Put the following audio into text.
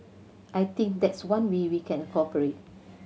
I think that's one way we can corporate